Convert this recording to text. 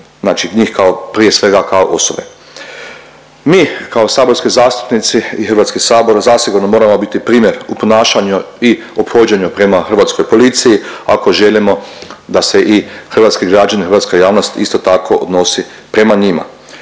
znači njih kao prije svega kao osobe. Mi kao saborski zastupnici i Hrvatski sabor zasigurno moramo biti primjer u ponašanju i ophođenju prema hrvatskoj policiji ako želimo da se i hrvatski građani, hrvatska javnost isto tako odnosi prema njima.